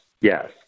yes